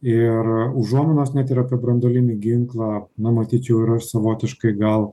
ir užuominos net ir apie branduolinį ginklą na matyčiau yra savotiškai gal